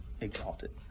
exalted